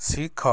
ଶିଖ